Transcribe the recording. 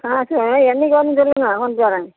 ஆ சரி ஆனால் என்றைக்கி வரணும் சொல்லுங்கள் வந்துடுறேங்க